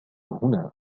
هنا